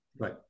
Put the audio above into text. Right